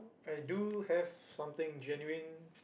I do have something genuine